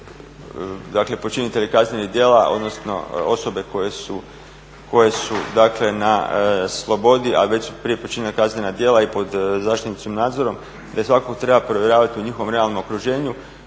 dakle počinitelje kaznenih djela, odnosno osobe koje su dakle na slobodi a već su prije počinili kaznena djela i pod zaštitnim su nadzorom, da svakog treba provjeravati u njihovom realnom okruženju.